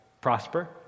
prosper